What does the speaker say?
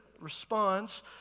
responds